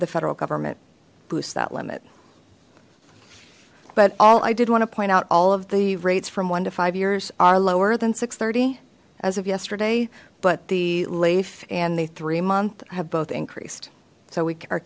the federal government boosts that limit but all i did want to point out all of the rates from one to five years are lower than six thirty as of yesterday but the lafe and the three month have both increased so we are